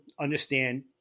understand